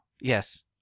yes